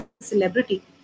celebrity